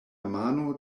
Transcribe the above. mano